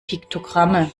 piktogramme